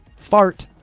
fart